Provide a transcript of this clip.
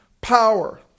power